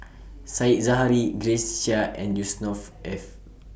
Said Zahari Grace Chia and Yusnor Ef